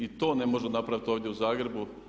I to ne možemo napraviti ovdje u Zagrebu.